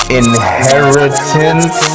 inheritance